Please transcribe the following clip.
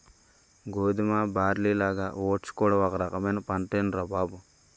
గోధుమ, బార్లీలాగా ఓట్స్ కూడా ఒక రకమైన పంటేనురా బాబూ